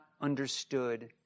understood